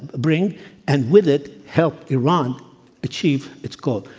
bring and with it, help iran achieve its goal.